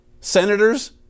senators